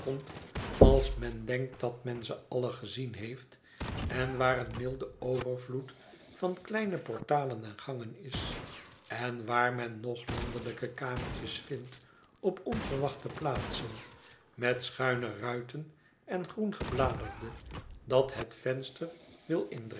als men denkt dat men ze allen gezien heeft en waar een milde overvloed van kleine portalen en gangen is en waar men nog landelijke kamertjes vindt op onverwachte plaatsen met schuine ruiten en groen gebladerte dat het venster